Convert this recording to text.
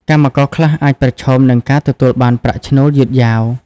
កម្មករខ្លះអាចប្រឈមនឹងការទទួលបានប្រាក់ឈ្នួលយឺតយ៉ាវ។